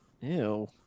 Ew